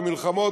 במלחמות,